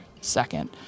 second